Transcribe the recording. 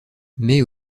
mais